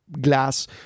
glass